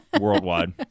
worldwide